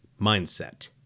mindset